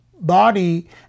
body